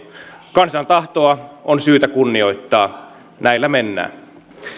kansan tahtoa on syytä kunnioittaa näillä mennään